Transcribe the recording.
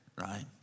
right